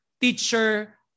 teacher